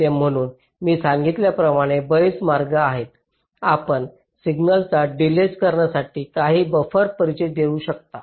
म्हणून मी सांगितल्याप्रमाणे बरेच मार्ग आहेत आपण सिग्नलला डिलेज करण्यासाठी काही बफर परिचय देऊ शकता